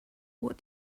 what